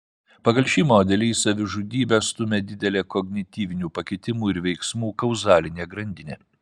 pagal šį modelį į savižudybę stumia didelė kognityvinių pakitimų ir veiksmų kauzalinė grandinė